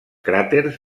cràters